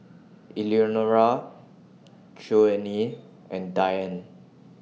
Eleanora Joanie and Diane